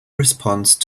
response